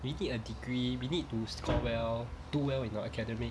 we need a degree we need to score well do well in our academic